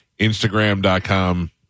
Instagram.com